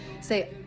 say